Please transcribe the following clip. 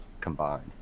combined